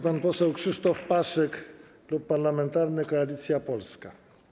Pan poseł Krzysztof Paszyk, Klub Parlamentarny Koalicja Polska.